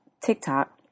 TikTok